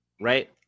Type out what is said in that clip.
right